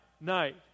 night